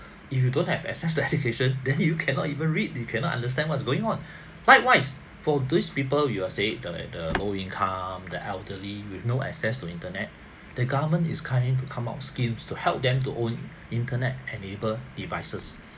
if you don't have access to education then you cannot even read you cannot understand what's going on likewise for those people you're saying the the low income the elderly with no access to internet the government is kind to come out schemes to help them to own internet enabled devices